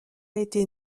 été